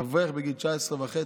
אברך בגיל 19 וחצי,